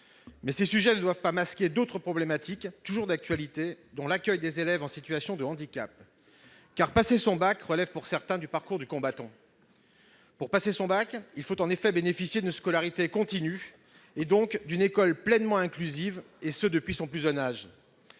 Mais ces sujets ne doivent pas masquer d'autres problématiques, toujours d'actualité, dont l'accueil des élèves en situation de handicap. Car passer son bac relève pour certains du parcours du combattant. Pour passer son bac, il faut en effet bénéficier d'une scolarité continue, donc d'une école pleinement inclusive, et ce depuis son plus jeune âge.